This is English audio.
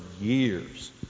years